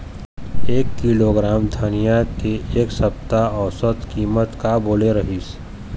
एक किलोग्राम धनिया के एक सप्ता औसत कीमत का बोले रीहिस?